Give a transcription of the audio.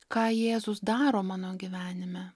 ką jėzus daro mano gyvenime